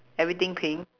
everything pink